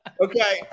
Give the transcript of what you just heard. Okay